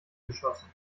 geschossen